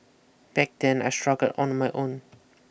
back then I struggled on my own